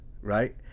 right